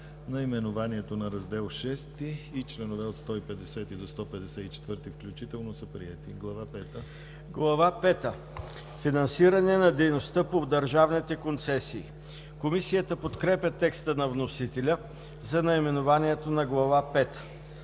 пета – Финансиране на дейността по държавните концесии“. Комисията подкрепя текста на вносителя за наименованието на Глава